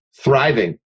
thriving